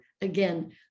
again